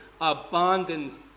abandoned